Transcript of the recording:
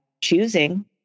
choosing